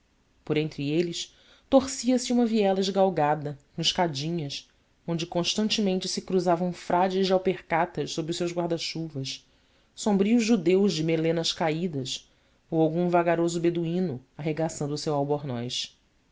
por entre eles torcia-se uma viela esgalgada em escadinhas onde constantemente se cruzavam frades de alpercatas sob os seus guarda chuvas sombrios judeus de melenas caídas ou algum vagaroso beduíno arregaçando o seu albornoz